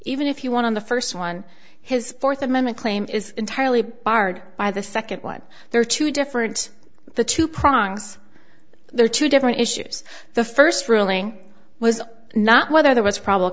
even if you want on the first one his fourth amendment claim is entirely barred by the second one there are two different the two prongs there are two different issues the first ruling was not whether there was probably